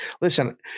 Listen